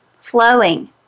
flowing